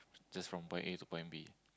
just from point A to point B